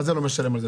מה זה לא משלם על זה?